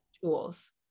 tools